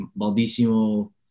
Baldissimo